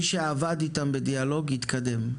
מי שעבד איתם בדיאלוג התקדם.